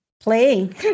playing